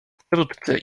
wkrótce